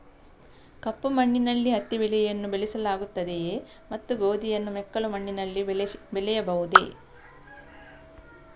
ಕಪ್ಪು ಮಣ್ಣಿನಲ್ಲಿ ಹತ್ತಿ ಬೆಳೆಯನ್ನು ಬೆಳೆಸಲಾಗುತ್ತದೆಯೇ ಮತ್ತು ಗೋಧಿಯನ್ನು ಮೆಕ್ಕಲು ಮಣ್ಣಿನಲ್ಲಿ ಬೆಳೆಯಬಹುದೇ?